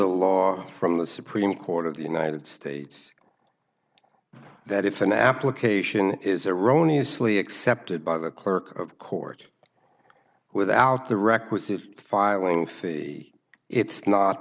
the law from the supreme court of the united states that if an application is erroneous lee accepted by the clerk of court without the requisite filing fee it's not